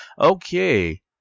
okay